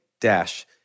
dash